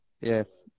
Yes